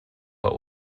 but